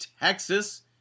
Texas